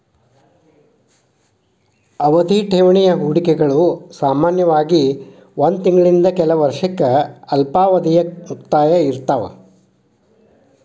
ಅವಧಿಯ ಠೇವಣಿ ಹೂಡಿಕೆಗಳು ಸಾಮಾನ್ಯವಾಗಿ ಒಂದ್ ತಿಂಗಳಿಂದ ಕೆಲ ವರ್ಷಕ್ಕ ಅಲ್ಪಾವಧಿಯ ಮುಕ್ತಾಯ ಇರ್ತಾವ